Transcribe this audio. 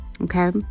Okay